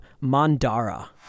mandara